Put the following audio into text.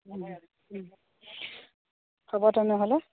হ'ব তেনেহ'লে